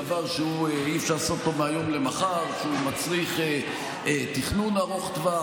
ודבר שאי-אפשר לעשות אותו מהיום למחר כי הוא מצריך תכנון ארוך טווח,